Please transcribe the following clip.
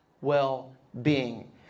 well-being